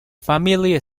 family